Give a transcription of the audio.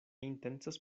intencas